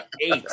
eight